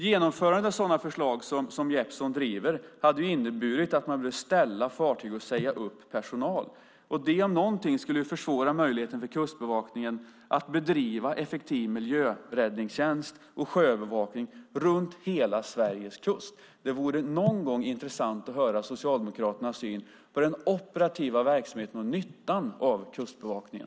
Genomförandet av sådana förslag som Jeppsson driver skulle innebära att man behövde ställa fartyg och säga upp personal. Det om något skulle försvåra möjligheten för Kustbevakningen att bedriva effektiv miljöräddningstjänst och sjöövervakning runt Sveriges hela kust. Det vore intressant att någon gång få höra Socialdemokraternas syn på den operativa verksamheten och nyttan av Kustbevakningen.